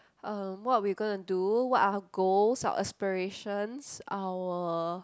um what are we going to do what are goals our aspirations our